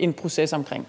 en proces omkring.